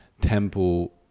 temple